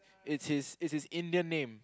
it's his it's his Indian name